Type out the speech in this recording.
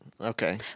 Okay